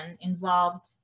involved